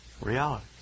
reality